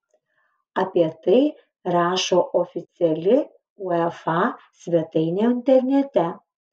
apie tai rašo oficiali uefa svetainė internete